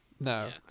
No